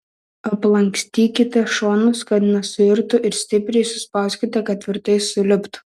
aplankstykite šonus kad nesuirtų ir stipriai suspauskite kad tvirtai suliptų